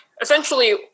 Essentially